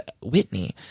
Whitney